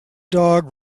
dog